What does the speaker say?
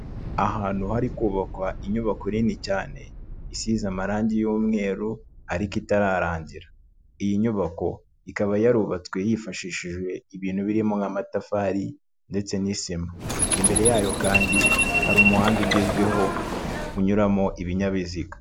Ahantu hari kubakwa inyubako nini cyane isize amarangi y'umweru ariko itararangira. Iyi nyubako ikaba yarubatswe hifashishijwe ibintu birimo nk'amatafari ndetse n'isima. Imbere yayo kandi hari umuhanda ugezweho unyuramo ibinyabiziga.